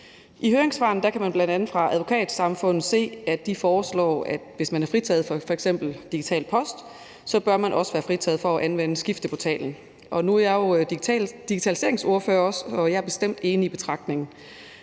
I høringssvaret fra Advokatsamfundet kan man se, at de foreslår, at hvis man f.eks. er fritaget for digital post, bør man også være fritaget for at anvende skifteportalen. Nu er jeg jo også digitaliseringsordfører, og jeg er bestemt enig i den betragtning.